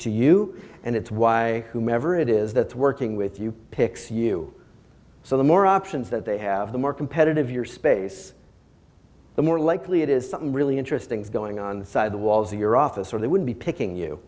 to you and it's why whomever it is that working with you picks you so the more options that they have the more competitive your space the more likely it is something really interesting is going on inside the walls of your office where they would be picking you